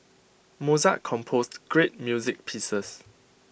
Mozart composed great music pieces